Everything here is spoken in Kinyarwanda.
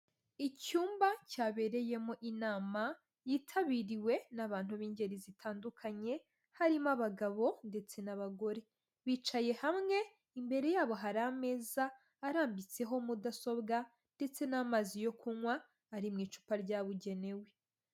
Icyumba cyabereyemo inama yitabiriwe n'abantu b'ingeri zitandukanye harimo abagabo ndetse n'abagore, bicaye hamwe imbere yabo hari ameza arambitseho mudasobwa ndetse n'amazi yo kunywa ari mu icupa ryabugenewe.